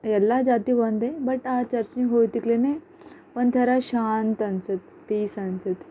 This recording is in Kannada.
ಎಲ್ಲ ಜಾತಿ ಒಂದೆ ಬಟ್ ಆ ಚರ್ಚ್ಗೆ ಹೋದುಕ್ಲೇನೆ ಒಂಥರ ಶಾಂತಿ ಅನ್ಸಿ ಪೀಸ್ ಅನ್ಸುತ್ತೆ